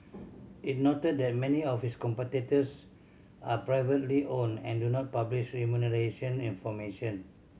it noted that many of its competitors are privately owned and do not publish remuneration information